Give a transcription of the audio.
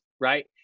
right